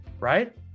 right